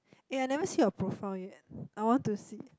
eh I never see your profile yet I want to see